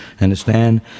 understand